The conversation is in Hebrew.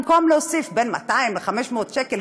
במקום להוסיף בין 200 ל-500 שקל,